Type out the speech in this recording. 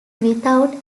without